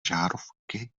žárovky